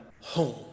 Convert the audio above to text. home